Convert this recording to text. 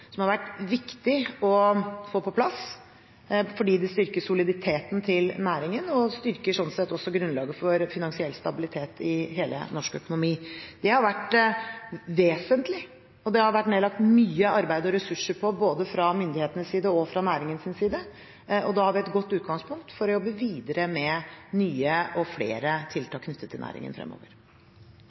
som har vært viktig å få på plass fordi det styrker soliditeten til næringen og sånn sett også styrker grunnlaget for finansiell stabilitet i hele den norske økonomien. Det har vært vesentlig. Det har det vært nedlagt mye arbeid og ressurser på både fra myndighetenes side og fra næringens side, og da har vi et godt utgangspunkt for å jobbe videre med nye og flere tiltak knyttet til næringen fremover.